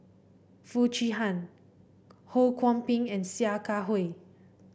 Foo Chee Han Ho Kwon Ping and Sia Kah Hui